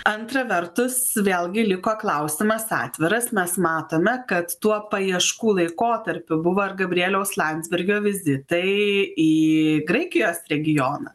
antra vertus vėlgi liko klausimas atviras mes matome kad tuo paieškų laikotarpiu buvo ir gabrieliaus landsbergio vizitai į graikijos regioną